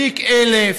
בתיק 1000,